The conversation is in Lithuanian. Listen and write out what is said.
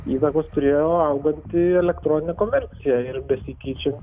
įtakos turėjo auganti elektroninė komercija ir besikeičian